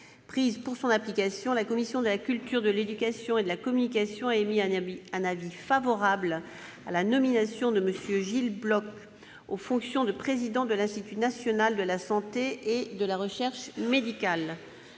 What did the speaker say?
prises pour son application, la commission de la culture, de l'éducation et de la communication a émis un avis favorable- 12 voix pour, 1 voix contre -à la nomination de M. Gilles Bloch aux fonctions de président de l'Institut national de la santé et de la recherche médicale.